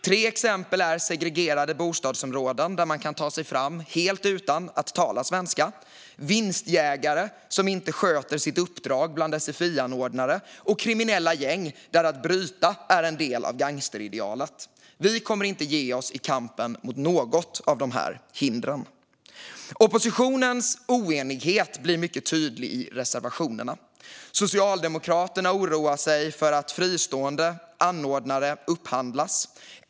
Tre exempel är segregerade bostadsområden där man kan ta sig fram helt utan att tala svenska, vinstjägare bland sfi-anordnare som inte sköter sitt uppdrag och kriminella gäng, där att bryta är en del av gangsteridealet. Vi kommer inte att ge oss i kampen mot något av dessa hinder. Oppositionens oenighet blir mycket tydlig i reservationerna. Socialdemokraterna oroar sig för att fristående anordnare upphandlas.